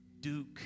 Duke